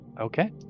okay